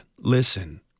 listen